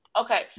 Okay